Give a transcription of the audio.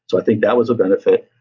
so i think that was a benefit.